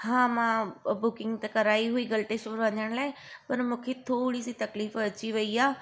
हा मां बुकिंग त कराई हुई गल्टेश्वर वञण लाइ पर मूंखे थोरी सी तकलीफ़ अची वई आहे